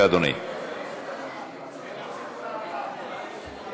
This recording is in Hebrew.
השר יריב לוין.